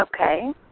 Okay